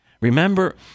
Remember